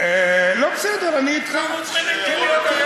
לא, בסדר.